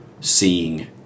seeing